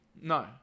No